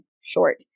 short